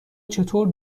چطور